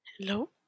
Hello